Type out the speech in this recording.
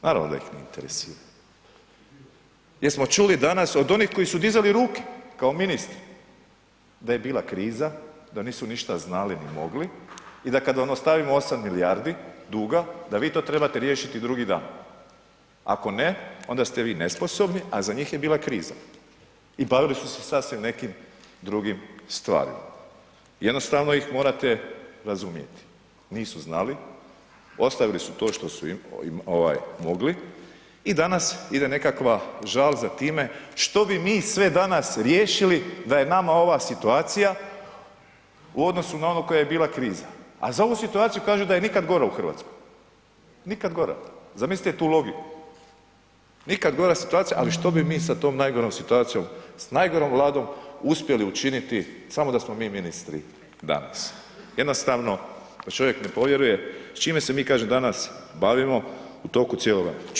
Naravno da ih ne interesira, jer smo čuli danas od onih koji su dizali ruke kao ministri da je bila kriza, da nisu ništa znali ni mogli i da kad ono stavimo 8 milijardi duga da vi to trebate riješiti drugi dan, ako ne onda ste vi nesposobni, a za njih je bila kriza i bavili su se sasvim nekim drugim stvarima, jednostavno ih morate razumjeti, nisu znali, ostavili su to što su mogli i danas ide nekakva žal za time što bi mi sve danas riješili da je nama ova situacija u odnosu na onu koja je bila krizna, a za ovu situaciju kažu da je nikad gora u RH, nikad gora, zamislite tu logiku, nikad gora situacija, ali što bi mi sa tom najgorom situacijom, s najgorom Vladom uspjeli učiniti samo da smo mi ministri danas, jednostavno da čovjek ne povjeruje s čime se mi kažem danas bavimo u toku cijelog dana.